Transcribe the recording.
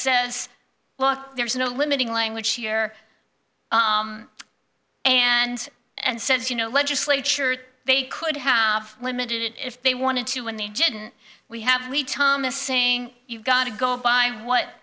says well there's no limiting language here and and says you know legislature they could have limited it if they wanted to when the engine we have we thomas saying you've got to go by what